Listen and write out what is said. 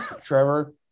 Trevor